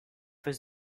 his